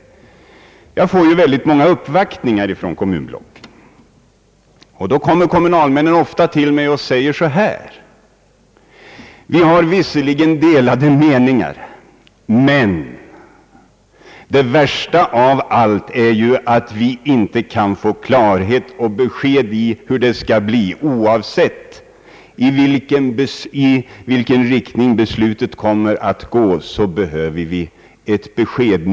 | Jag får ofta uppvaktningar från kommunblocken, varvid kommunalmännen säger så här: Vi har visserligen delade meningar, men det värsta av allt är att vi inte kan få klarhet och besked om hur det slutgiltigt skall bli. Oavsett i vilken riktning beslutet kommer att gå behöver vi ett besked.